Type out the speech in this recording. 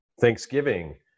Thanksgiving